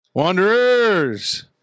Wanderers